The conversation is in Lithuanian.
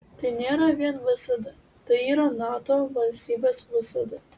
tai nėra vien vsd tai yra nato valstybės vsd